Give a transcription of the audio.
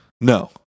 No